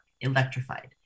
electrified